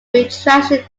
retraction